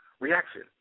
reaction